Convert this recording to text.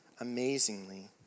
amazingly